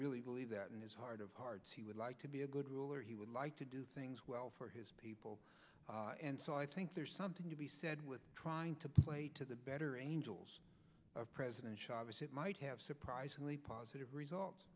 really believe that in his heart of hearts he would like to be a good ruler he would like to do things well for his people and so i think there's something to be said with trying to play to the better angels of president chavez it might have surprisingly positive results